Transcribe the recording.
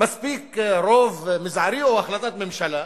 מספיק רוב מזערי, או החלטת הממשלה,